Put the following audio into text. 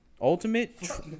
Ultimate